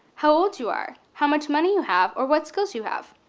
how old you are, how much money you have or what skills you have.